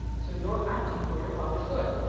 so you're acting for your father's good?